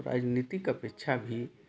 राजनीतिक अपेक्षा भी